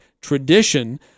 tradition